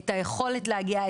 את היכולת להגיע,